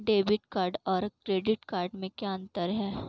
Debit card और credit card में क्या अंतर है?